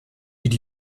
did